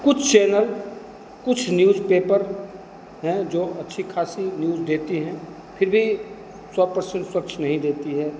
कुछ चैनल कुछ newspaper हैं जो अच्छी खासी न्यूज देते हैं फ़िर भी सौ परसेन्ट सच नहीं देती है